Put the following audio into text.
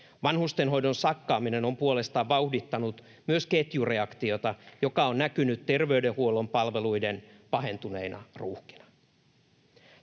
Vanhustenhoidon sakkaaminen on puolestaan vauhdittanut myös ketjureaktiota, joka on näkynyt terveydenhuollon palveluiden pahentuneina ruuhkina.